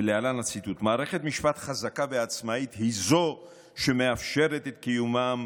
להלן הציטוט: "מערכת משפט חזקה ועצמאית היא זו שמאפשרת את קיומם